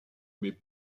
mais